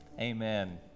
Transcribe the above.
Amen